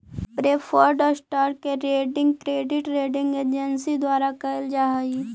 preferred stock के rating credit rating agency के द्वारा कैल जा हइ